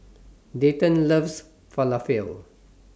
Dayton loves Falafel